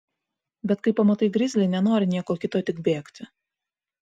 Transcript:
bet kai pamatai grizlį nenori nieko kito tik bėgti